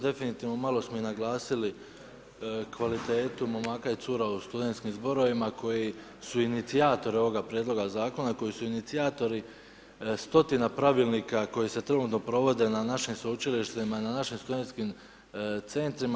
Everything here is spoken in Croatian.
Definitivno malo smo i naglasili kvalitetu momaka i cura u studentskim zborovima koji su inicijatori ovoga prijedloga zakona, koji su inicijatori stotina pravilnika koji se trenutno provode na našim sveučilištima, na našim studentskim centrima.